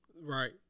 Right